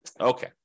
Okay